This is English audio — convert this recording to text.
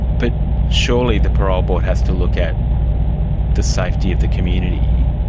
but surely the parole board has to look at the safety of the community?